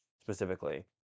specifically